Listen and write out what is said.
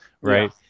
right